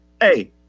Hey